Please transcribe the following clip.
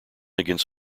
against